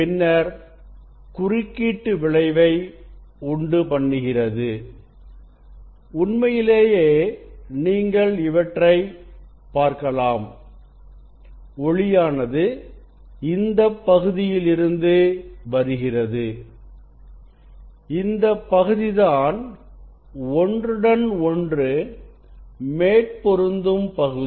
பின்னர் குறுக்கீட்டு விளைவு உண்டுபண்ணுகிறது உண்மையிலேயே நீங்கள் இவற்றை பார்க்கலாம் ஒளியானது இந்தப் பகுதியில் இருந்து வருகிறது இந்தப் பகுதிதான் ஒன்றுடன் ஒன்று மேற் பொருந்தும் பகுதி